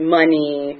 money